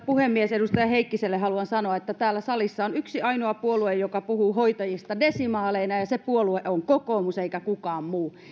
puhemies edustaja heikkiselle haluan sanoa että täällä salissa on yksi ainoa puolue joka puhuu hoitajista desimaaleina ja se puolue on kokoomus eikä kukaan muu